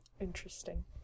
Interesting